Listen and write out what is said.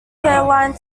airline